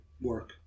work